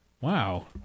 Wow